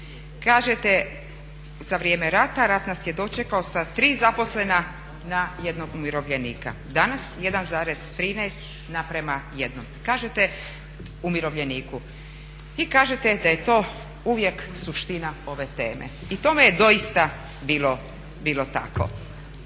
Kažete za vrijeme rata rat nas je dočekao sa 3 zaposlena na 1 umirovljenika, danas 1,13:1. Kažete umirovljeniku i kažete da je to uvijek suština ove teme i tome je doista bilo tako.